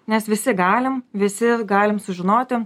nes visi galim visi galim sužinoti